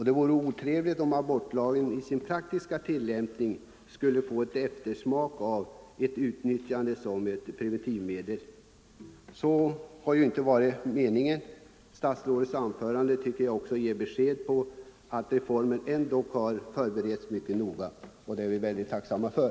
Det vore otrevligt om abortlagen i praktiken skulle komma att utnyttjas så att aborter blir en ersättning för preventivmedel. Så har ju inte varit meningen. Jag tycker också att statsrådets anförande ger besked om att reformen ändå har förberetts mycket noga, och det är vi mycket tacksamma för.